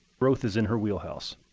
growth is in her wheelhouse.